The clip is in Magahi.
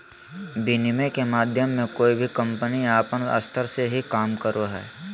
विनिमय के माध्यम मे कोय भी कम्पनी अपन स्तर से ही काम करो हय